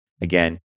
again